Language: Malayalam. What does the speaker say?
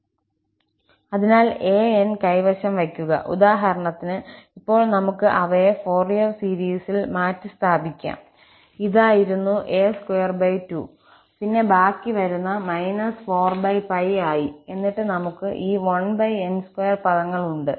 അതിനാൽ 𝑎n കൈവശം വയ്ക്കുക ഉദാഹരണത്തിന് ഇപ്പോൾ നമുക്ക് അവയെ ഫോറിയർ സീരീസിൽ മാറ്റിസ്ഥാപിക്കാം ഇതായിരുന്നു 𝑎02 പിന്നെ ബാക്കി വരുന്നു - 4𝜋 ആയി എന്നിട്ട് നമുക്ക് ഈ 1𝑛2 പദങ്ങൾ ഉണ്ട്